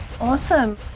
awesome